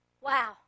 Wow